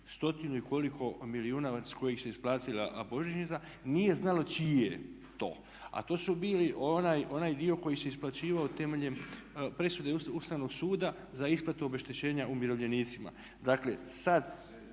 stotinu i koliko milijuna s kojih se isplatila božićnica nije znalo čije je to, a to su bili onaj dio koji se isplaćivao temeljem presuda Ustavnog suda za isplatu obeštećenja umirovljenicima. Dakle, sad